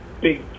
big